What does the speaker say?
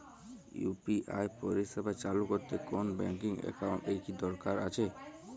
UPI পরিষেবা চালু করতে কোন ব্যকিং একাউন্ট এর কি দরকার আছে?